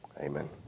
Amen